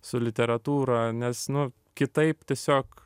su literatūra nes nu kitaip tiesiog